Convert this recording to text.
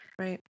Right